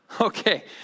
Okay